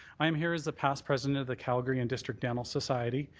i'm here as the past president of the calgary and district dental society.